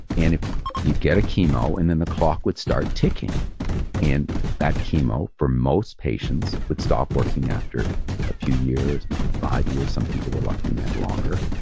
and you'd get a chemo and then the clock would start ticking and that chemo for most patients would stop working after a few years, maybe five years. some people were lucky and had longer,